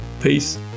Peace